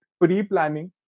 pre-planning